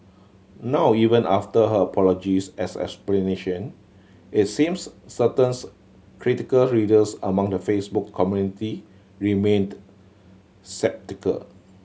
now even after her apologies as explanation it seems certain critical readers among the Facebook community remained